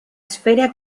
esfera